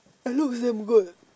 it looks damn good